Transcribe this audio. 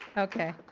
okay.